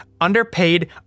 underpaid